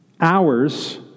hours